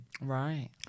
Right